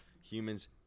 humans